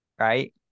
Right